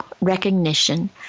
recognition